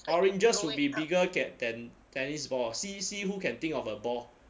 oranges will be bigger than tennis ball see see who can think of a ball